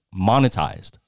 monetized